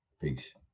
Peace